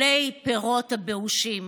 אדוני היושב-ראש,